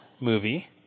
movie